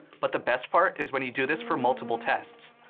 but the best part is when you do this for multiple tests,